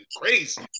crazy